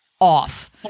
off